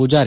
Poojary